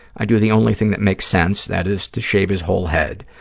i do the only thing that makes sense, that is, to shave his whole head.